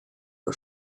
her